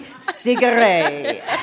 Cigarette